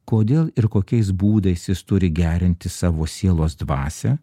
kodėl ir kokiais būdais jis turi gerinti savo sielos dvasią